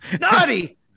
Naughty